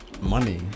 money